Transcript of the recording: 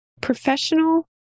professional